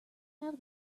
have